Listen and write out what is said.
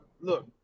look